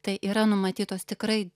tai yra numatytos tikrai